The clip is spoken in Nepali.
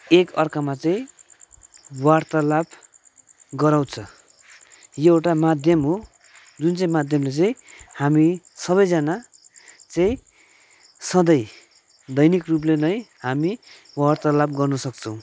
एक अर्कामा चाहिँ वार्तालाप गराउँछ यो एउटा माध्यम हो जुन चाहिँ माध्यमले चाहिँ हामी सबैजना चाहिँ सधैँ दैनिक रूपले नै हामी वार्तालाप गर्न सक्छौँ